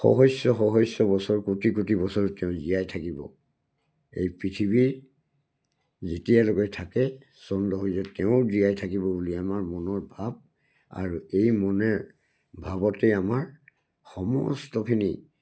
সহস্ৰ সহস্ৰ বছৰ কোটি কোটি বছৰ তেওঁ জীয়াই থাকিব এই পৃথিৱীৰ যেতিয়ালৈকে থাকে চন্দ্ৰ সূৰ্য তেওঁও জীয়াই থাকিব বুলি আমাৰ মনৰ ভাৱ আৰু এই মনে ভাৱতেই আমাৰ সমস্তখিনি